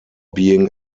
being